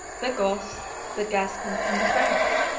the goths, the gascons, and the franks,